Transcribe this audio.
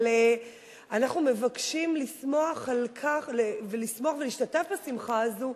אבל אנחנו מבקשים לשמוח על כך ולהשתתף בשמחה הזאת,